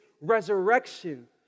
resurrection